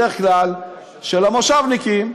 בדרך כלל של המושבניקים,